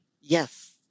yes